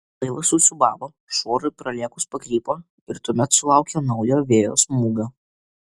laivas susiūbavo šuorui pralėkus pakrypo ir tuomet sulaukė naujo vėjo smūgio